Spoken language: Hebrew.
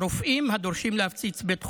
רופאים הדורשים להפציץ בית חולים.